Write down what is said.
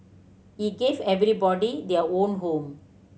he gave everybody their own home